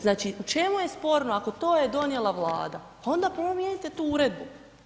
Znači u čemu je sporno, ako to je donijela Vlada pa onda promijenite tu uredbu.